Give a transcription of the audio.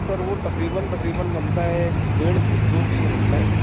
سر وہ تقریباً تقریباً بنتا ہے ڈیڑھ سے دو کے جی میں بنتا ہے